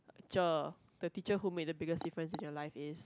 ~cher the teacher who made the biggest difference in your life is